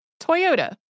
Toyota